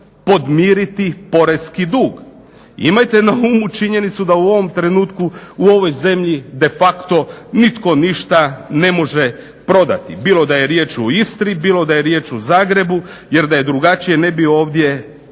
Imajte na umu činjenicu da u ovom trenutku u ovoj zemlji de facto nitko ništa ne može prodati, bilo da je riječ o Istri, bilo da je riječ o Zagrebu jer da je drugačije ne bi ovdje